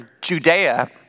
Judea